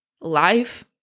life